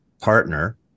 partner